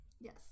Yes